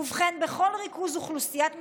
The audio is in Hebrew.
ובכן, בכל ריכוז אוכלוסיית מסתננים,